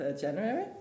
january